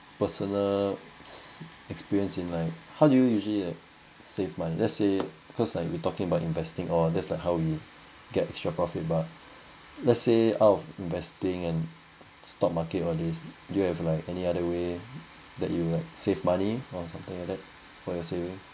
personal experience in like how do you usually save money let's say cause like we talking about investing or there's like how we get extra profit but let's say out of investing and stock market all these you have like any other way that you like save money or something like that for your savings